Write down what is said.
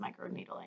microneedling